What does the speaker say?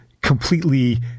completely